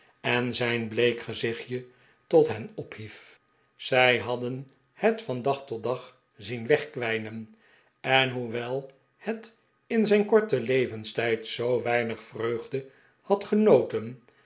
en zijn bleek gezichtje tot hen ophief zij hadden het van dag tot dag zien wegkwijnen en hoewel het in zijn korten levenstijd zoo weinig vreugde had genoten